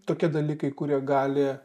tokie dalykai kurie gali